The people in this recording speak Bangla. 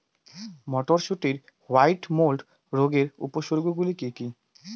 মটরশুটির হোয়াইট মোল্ড রোগের উপসর্গগুলি কী কী?